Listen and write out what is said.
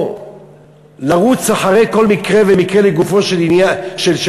או לרוץ אחרי כל מקרה ומקרה לגופו של רצח,